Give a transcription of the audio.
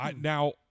Now